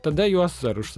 tada juos ar už